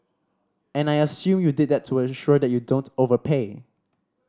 and I assume you did that to ensure that you don't overpay